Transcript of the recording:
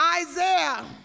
Isaiah